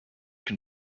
can